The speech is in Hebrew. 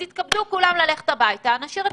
אז יתכבדו כולם ללכת הביתה ונשאיר את